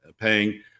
paying